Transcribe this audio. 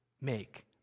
make